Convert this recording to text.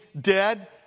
dead